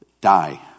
die